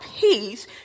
peace